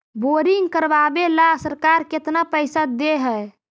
Boring करबाबे ल सरकार केतना पैसा दे है?